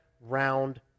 round